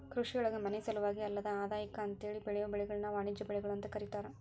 ಕೃಷಿಯೊಳಗ ಮನಿಸಲುವಾಗಿ ಅಲ್ಲದ ಆದಾಯಕ್ಕ ಅಂತೇಳಿ ಬೆಳಿಯೋ ಬೆಳಿಗಳನ್ನ ವಾಣಿಜ್ಯ ಬೆಳಿಗಳು ಅಂತ ಕರೇತಾರ